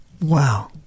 wow